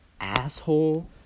asshole